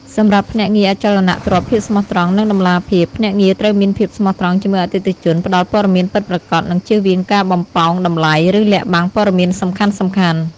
សម្រាប់ភ្នាក់ងារអចលនទ្រព្យភាពស្មោះត្រង់ និងតម្លាភាព ភ្នាក់ងារត្រូវមានភាពស្មោះត្រង់ជាមួយអតិថិជន ផ្តល់ព័ត៌មានពិតប្រាកដ និងជៀសវាងការបំប៉ោងតម្លៃ ឬលាក់បាំងព័ត៌មានសំខាន់ៗ។